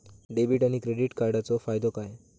Debit आणि credit कार्डचो फायदो काय?